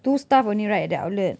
two staff only right at the outlet